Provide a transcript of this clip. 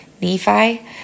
Nephi